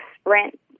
sprint